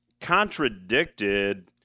contradicted